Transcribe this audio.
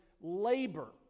labor